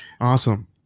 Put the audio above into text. Awesome